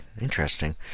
Interesting